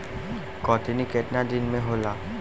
कटनी केतना दिन में होला?